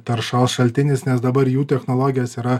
taršos šaltinis nes dabar jų technologijos yra